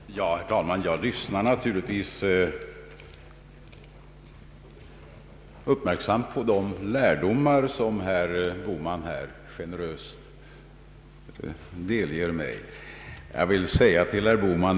Herr talman! Jag lyssnade naturligtvis uppmärksamt på de lärdomar som herr Bohman här generöst har delgett mig.